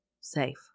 safe